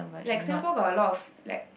like sometime got a lot of like